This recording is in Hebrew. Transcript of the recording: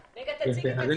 שוללים הקצאת מבנים ובינוי.